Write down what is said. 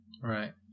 Right